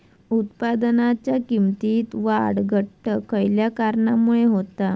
उत्पादनाच्या किमतीत वाढ घट खयल्या कारणामुळे होता?